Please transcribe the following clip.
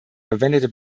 verwendete